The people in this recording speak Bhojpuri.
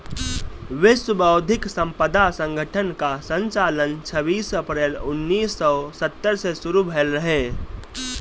विश्व बौद्धिक संपदा संगठन कअ संचालन छबीस अप्रैल उन्नीस सौ सत्तर से शुरू भयल रहे